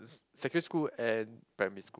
secondary school and primary school